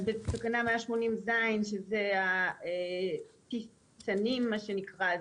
אז בתקנה 180(ז) שזה (הפרעות בשידור הזום) שנים מה שנקרא,